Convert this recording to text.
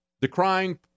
decrying